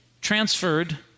transferred